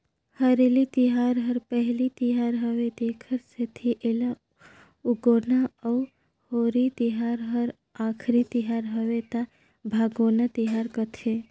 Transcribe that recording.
हरेली तिहार हर पहिली तिहार हवे तेखर सेंथी एला उगोना अउ होरी तिहार हर आखरी तिहर हवे त भागोना तिहार कहथें